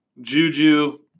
Juju